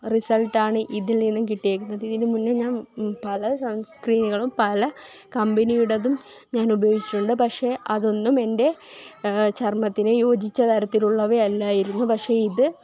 റിസള്ട്ടാണ് ഇതില് നിന്നും കിട്ടിയേക്കുന്നത് ഇതിനു മുന്നേ ഞാന് പല സണ് സ്ക്രീനുകളും പല കമ്പനിയുടേതും ഞാന് ഉപയോഗിച്ചിട്ടുണ്ട് പക്ഷേ അതൊന്നും എന്റെ ചര്മ്മത്തിന് യോജിച്ച തരത്തിലുള്ളവയല്ലായിരുന്നു പക്ഷേ ഇത്